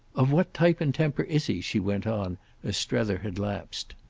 of what type and temper is he? she went on as strether had lapsed.